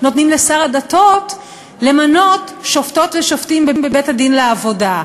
נותנים לשר הדתות למנות שופטות ושופטים בבית-הדין לעבודה.